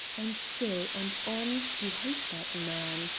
and still and on you hate that man,